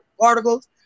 articles